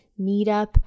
meetup